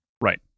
right